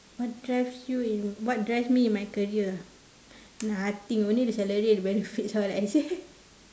what drives you in what drives me in my career nothing only the salary and the benefits lor like I say